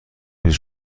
میز